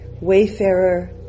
wayfarer